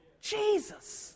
Jesus